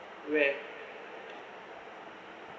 where